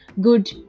good